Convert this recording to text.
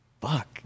Fuck